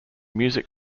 music